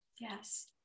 Yes